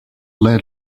lead